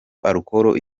alcool